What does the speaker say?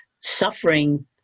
suffering